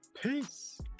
peace